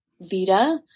Vita